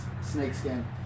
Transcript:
snakeskin